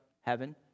heaven